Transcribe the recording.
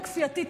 וכפייתית,